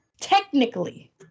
Technically